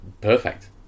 Perfect